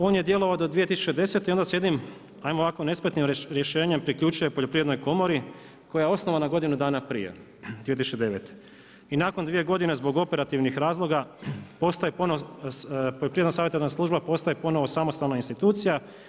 On je djelovao do 2010. i onda s jednim ajmo ovako, nespretnim rješenjem, priključuje se Poljoprivrednoj komori koja je osnovana godinu dana prije, 2009. i nakon dvije godine zbog operativnih razloga, Poljoprivredna savjetodavna služba postaje ponovno samostalna institucija.